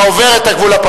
מה זה פה?